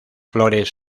flores